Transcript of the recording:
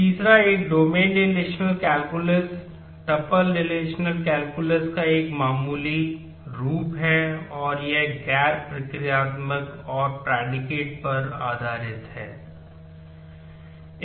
तो हम relational algebra से शुरू करते हैं